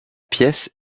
pièce